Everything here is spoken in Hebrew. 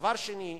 דבר שני,